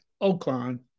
Oakland